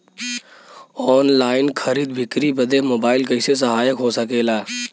Online खरीद बिक्री बदे मोबाइल कइसे सहायक हो सकेला?